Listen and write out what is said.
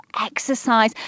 exercise